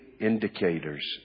indicators